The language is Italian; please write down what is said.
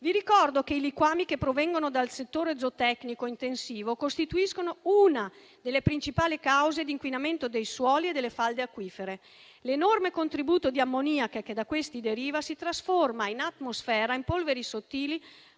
Vi ricordo che i liquami che provengono dal settore zootecnico intensivo costituiscono una delle principali cause di inquinamento dei suoli e delle falde acquifere. Inoltre, l'enorme contributo di ammoniaca che da questi deriva si trasforma in atmosfera in polveri sottili